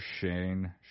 Shane